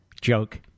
joke